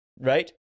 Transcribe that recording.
right